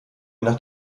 nach